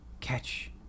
catch